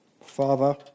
Father